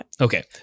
Okay